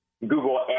Google